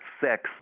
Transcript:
sex